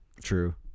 true